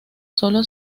sólo